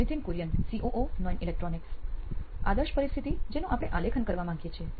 Nithin Kurian COO નોઇન electronics આદર્શ પરિસ્થિતિ જેનું આપણે આલેખન કરવા માંગીએ છીએ